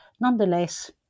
Nonetheless